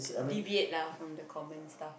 deviate lah from the common stuff